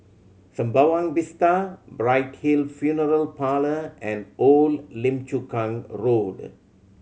Sembawang Vista Bright Hill Funeral Parlour and Old Lim Chu Kang Road